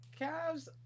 Cavs